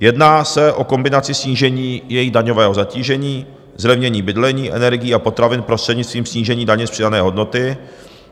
Jedná se o kombinaci snížení jejich daňového zatížení, zlevnění bydlení, energií a potravin prostřednictvím snížení daně z přidané hodnoty